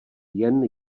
jen